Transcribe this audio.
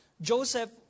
Joseph